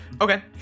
Okay